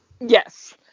Yes